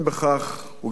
הוא גם אמר את זה.